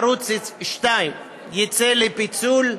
ערוץ 2 יצא לפיצול,